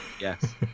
Yes